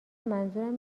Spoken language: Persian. منظورم